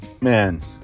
man